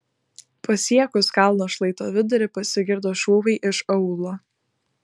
pasiekus kalno šlaito vidurį pasigirdo šūviai iš aūlo